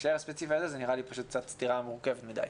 בהקשר הספציפי הזה זה נראה לי קצת סתירה מורכבת מדי,